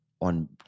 on